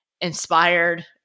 inspired